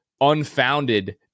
unfounded